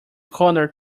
corner